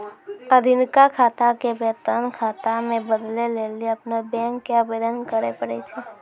अखिनका खाता के वेतन खाता मे बदलै लेली अपनो बैंको के आवेदन करे पड़ै छै